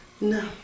No